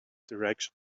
direction